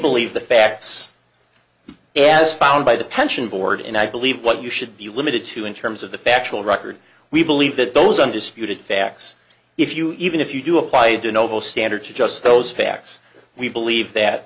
believe the facts it has found by the pension board and i believe what you should be limited to in terms of the factual record we believe that those undisputed facts if you even if you do apply to noble standards just those facts we believe that